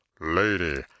Lady